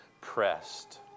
pressed